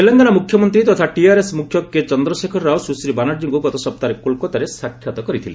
ତେଲେଙ୍ଗନା ମୁଖ୍ୟମନ୍ତ୍ରୀ ତଥା ଟିଆରଏସ ମୁଖ୍ୟ କେ ଚନ୍ଦ୍ରଶେଖର ରାଓ ସୁଶ୍ରୀ ବାନାର୍ଜୀଙ୍କୁ ଗତ ସପ୍ତାହରେ କୋଲକତାରେ ସାକ୍ଷାତ କରିଥିଲେ